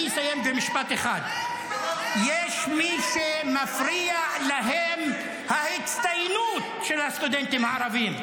אני אסיים במשפט אחד: יש מי שמפריעה להם ההצטיינות של הסטודנטים הערבים,